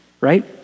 right